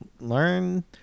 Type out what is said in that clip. learn